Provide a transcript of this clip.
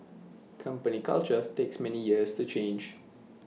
company culture takes many years to change